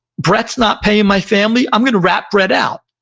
brett's not paying my family, i'm going to rat brett out.